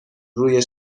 روی